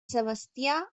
sebastià